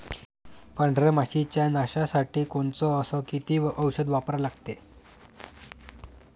पांढऱ्या माशी च्या नाशा साठी कोनचं अस किती औषध वापरा लागते?